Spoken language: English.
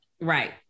Right